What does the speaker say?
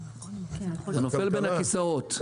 זה נופל בין הכיסאות.